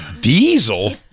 Diesel